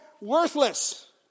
worthless